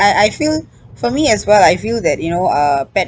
I I feel for me as well I feel that you know uh pet